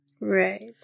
Right